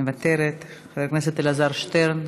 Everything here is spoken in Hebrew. מוותרת, חבר הכנסת אלעזר שטרן,